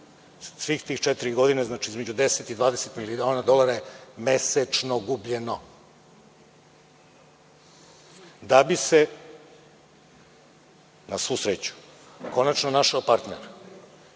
sve te četiri godine, znači, između 10 i 20 miliona dolara je mesečno gubljeno, da bi se, na svu sreću, konačno našao partner. Novac